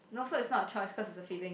no so it's not a choice cause it's a feeling